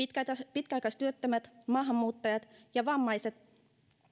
pitkäaikaistyöttömät maahanmuuttajat ja vammaiset